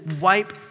wipe